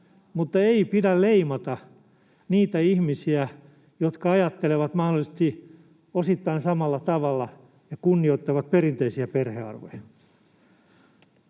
mutta ei pidä leimata niitä ihmisiä, jotka ajattelevat mahdollisesti osittain samalla tavalla ja kunnioittavat perinteisiä perhearvoja.